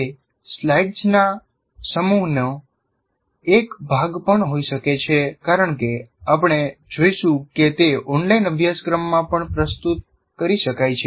તે સ્લાઇડ્સના સમૂહનો એક ભાગ પણ હોઈ શકે છે કારણ કે આપણે જોઈશું કે તે ઓનલાઇન અભ્યાસક્રમમાં પણ પ્રસ્તુત કરી શકાય છે